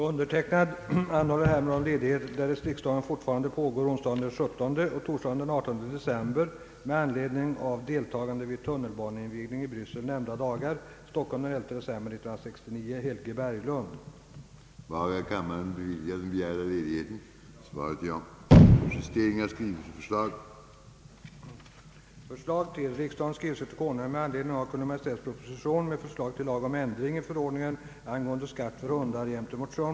Sedan riksdagens vårsession 1970 grundlagsenligt börjat med sammanträde lördagen den 10 januari äger det högtidliga öppnandet rum tisdagen den 13 januari. Undertecknad anhåller härmed om ledighet, därest riksdagen fortfarande pågår onsdagen den 17 och torsdagen den 18 december, med anledning av deltagande vid tunnelbaneinvigning i Bryssel nämnda dagar.